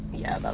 yeah, but